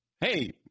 Hey